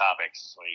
topics